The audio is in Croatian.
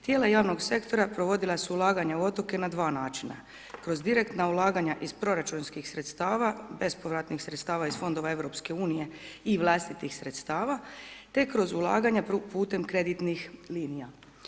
Tijela javnog sektora provodila su ulaganja u otoke na dva načina, kroz direktna ulaganja iz proračunskih sredstava, bespovratnih sredstava iz fondova EU i vlastitih sredstava te kroz ulaganja putem kreditnih linija.